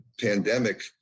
pandemic